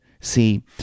See